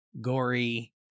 gory